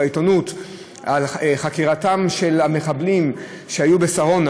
בעיתונות על חקירתם של המחבלים שהיו בשרונה,